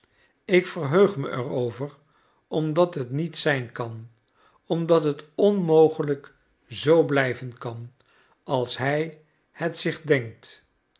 ik verheug me er over omdat het niet zijn kan omdat het onmogelijk zoo blijven kan als hij het zich denkt